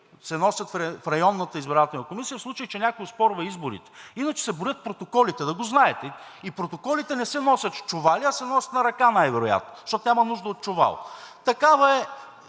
се носят в Районната избирателна комисия, в случай че някой оспорва изборите. Иначе се броят протоколите. Да го знаете! И протоколите не се носят с чували, а се носят на ръка най-вероятно. Защото няма нужда от чувал. Такава е